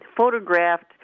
photographed